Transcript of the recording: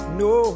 no